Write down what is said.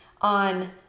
on